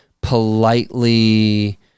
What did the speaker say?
politely